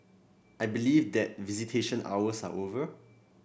I believe that visitation hours are over